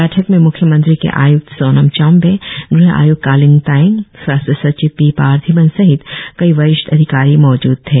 बैठक में म्ख्यमंत्री के आय्क्त सोनम चोम्बे गृह आय्क्त कालिंग तायेंग स्वास्थ्य सचिव पी पार्थिबन सहित कई वरिष्ठ अधिकारी मौजूद थे